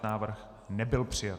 Návrh nebyl přijat.